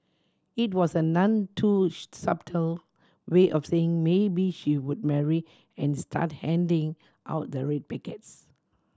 it was a none too subtle way of saying maybe she would marry and start handing out the red packets